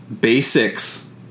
basics